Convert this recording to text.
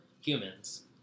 humans